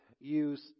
use